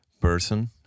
person